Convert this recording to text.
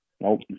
Nope